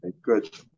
Good